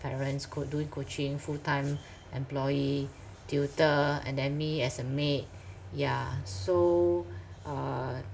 parents could do coaching full-time employee tutor and then me as a maid yeah so uh